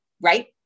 right